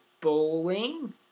bowling